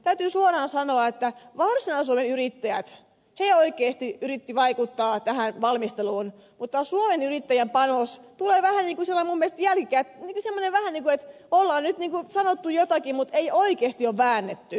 täytyy suoraan sanoa että varsinais suomen yrittäjät oikeasti yritti vaikuttaa tähän valmisteluun mutta suomen yrittäjien panos tulee vähän niin kuin minun mielestäni jälkikäteen vähän niin kuin että ollaan nyt niin kuin sanottu jotakin mutta ei oikeasti ole väännetty